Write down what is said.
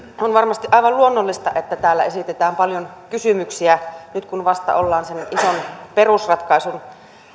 on varmasti aivan luonnollista että täällä esitetään paljon kysymyksiä nyt kun vasta ollaan sen ison perusratkaisun